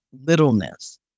littleness